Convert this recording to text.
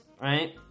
right